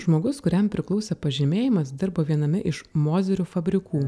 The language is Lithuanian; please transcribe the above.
žmogus kuriam priklausė pažymėjimas dirbo viename iš mozerių fabrikų